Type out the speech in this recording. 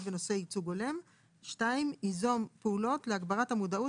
בנושא ייצוג הולם; ייזום פעולות להגברת המודעות